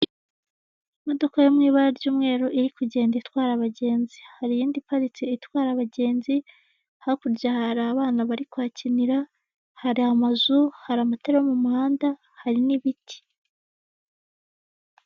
Imodoka yo mw'ibara r y'umweru iri kugenda itwara abagenzi har' iyindi iparitse itwara abagenzi, hakurya har' abana bari kuhakinira har'amazu, har'amatara yo mu muhanda hari n'ibiti.